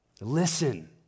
Listen